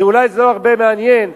אולי זה לא מעניין הרבה,